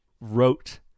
wrote